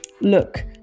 look